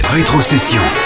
Rétrocession